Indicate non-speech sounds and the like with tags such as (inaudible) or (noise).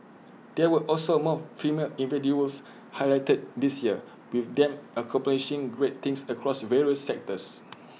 there were also more female (unintelligible) highlighted this year with them accomplishing great things across various sectors